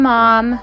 Mom